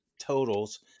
totals